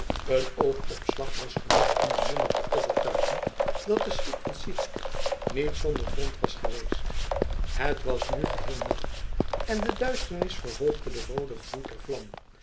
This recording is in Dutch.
een oogopslag was genoeg om den monnik te overtuigen dat de schrik van sytsken niet zonder grond was geweest het was nu geheel nacht en de duisternis verhoogde den rooden gloed der vlam